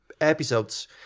episodes